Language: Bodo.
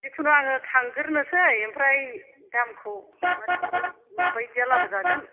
जिखुनु आङो थांग्रोनोसै ओमफ्राय दामखौ मारै मारै माबायदिया लाबोजागोन